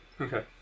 Okay